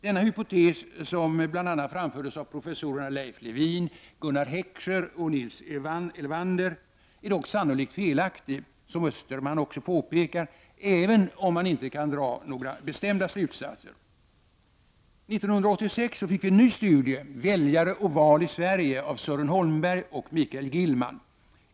Denna hypotes, som bl.a. framfördes av professorerna Leif Lewin, Gunnar Heckscher och Nils Elvander, är dock sannolikt felaktig, som Österman påpekar, även om man inte kan dra några bestämda slutsatser. 1987 fick vi en ny studie — Väljare och val i Sverige av Sören Holmberg och Mikael Gilljam.